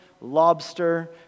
lobster